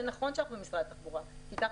זה נכון שאנחנו במשרד התחבורה כי כך